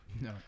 No